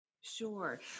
Sure